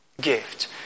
gift